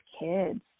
kids